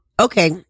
okay